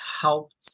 helped